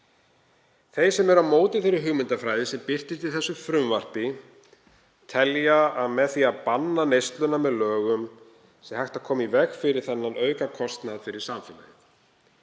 Þeir sem eru á móti þeirri hugmyndafræði sem birtist í þessu frumvarpi telja að með því að banna neysluna með lögum sé hægt að koma í veg fyrir þennan aukakostnað fyrir samfélagið.